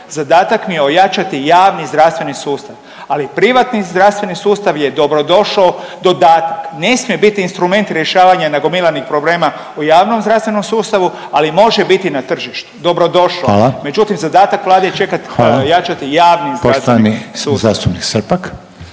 zadatak mi je ojačati javni zdravstveni sustav, ali privatni zdravstveni sustav je dobrodošo dodatak, ne smije bit instrument rješavanja nagomilanih problema u javnom zdravstvenom sustavu, ali može biti na tržištu. Dobrodošao je …/Upadica Reiner: Hvala./… međutim, zadatak Vlade je čekat …/Upadica Reiner: Hvala./… javni zdravstveni sustav.